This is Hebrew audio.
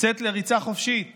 לריצה חופשית